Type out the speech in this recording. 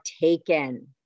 taken